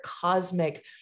cosmic